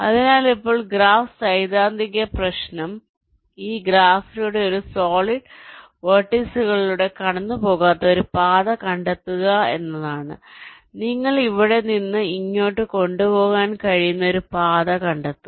അതിനാൽ ഇപ്പോൾ ഗ്രാഫ് സൈദ്ധാന്തിക ഉപ പ്രശ്നം ഈ ഗ്രാഫിലൂടെ ഈ സോളിഡ് വെർട്ടീസുകളിലൂടെ കടന്നുപോകാതെ ഒരു പാത കണ്ടെത്തുക എന്നതാണ് നിങ്ങളെ ഇവിടെ നിന്ന് ഇങ്ങോട്ട് കൊണ്ടുപോകാൻ കഴിയുന്ന ഒരു പാത കണ്ടെത്തുക